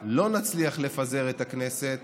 לא נצליח לפזר את הכנסת